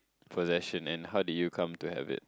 possession and how did you come to have it